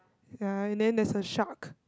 ya and then there's a shark